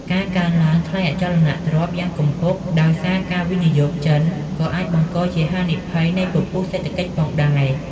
ការកើនឡើងថ្លៃអចលនទ្រព្យយ៉ាងគំហុកដោយសារការវិនិយោគចិន ក៏អាចបង្កជាហានិភ័យនៃពពុះសេដ្ឋកិច្ចផងដែរ។